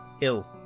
ill